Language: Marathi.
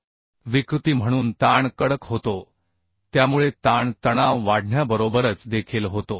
डीफॉर्मेशन म्हणून ताण कडक होतो त्यामुळे ताण तणाव वाढण्याबरोबरच देखील होतो